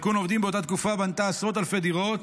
באותה תקופה שיכון עובדים בנתה עשרות אלפי דירות,